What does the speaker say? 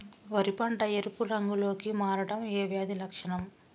వరి పంట ఎరుపు రంగు లో కి మారడం ఏ వ్యాధి లక్షణం?